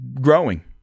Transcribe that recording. growing